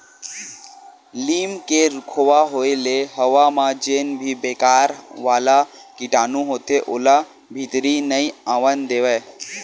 लीम के रूखवा होय ले हवा म जेन भी बेकार वाला कीटानु होथे ओला भीतरी नइ आवन देवय